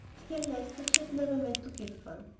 still less that she had never meant to give one.